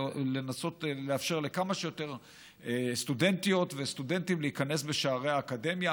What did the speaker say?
ולנסות לאפשר לכמה שיותר סטודנטיות וסטודנטים להיכנס בשערי האקדמיה,